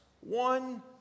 one